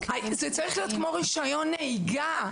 זה צריך להיות כמו רישיון נהיגה.